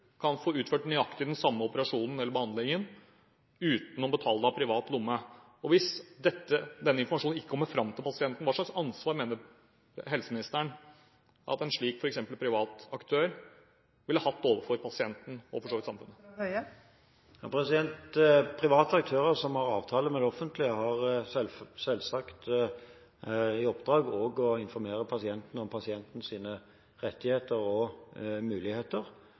kan få utført nøyaktig den samme operasjonen eller behandlingen, uten å måtte betale av privat lomme? Og hvis denne informasjonen ikke kommer fram til pasienten, hva slags ansvar mener helseministeren at f.eks. en slik privat aktør har overfor pasienten og overfor samfunnet? Private aktører som har avtaler med det offentlige, har selvsagt også i oppdrag å informere pasienten om dennes rettigheter og muligheter.